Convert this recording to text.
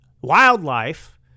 wildlife